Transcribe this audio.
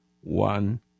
One